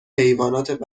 حیوانات